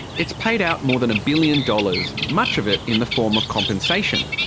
it's paid out more than a billion dollars, much of it in the form of compensation.